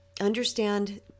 understand